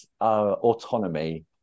autonomy